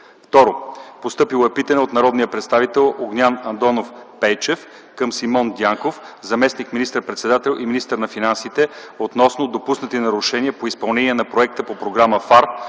Второ, постъпило е питане от народния представител Огнян Андонов Пейчев към Симеон Дянков – заместник министър-председател и министър на финансите, относно допуснати нарушения по изпълнение на проект по програма ФАР